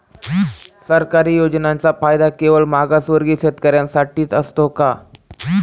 सरकारी योजनांचा फायदा केवळ मागासवर्गीय शेतकऱ्यांसाठीच असतो का?